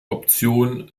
option